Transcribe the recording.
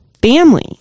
family